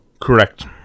Correct